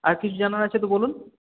আর কিছু জানার আছে তো বলুন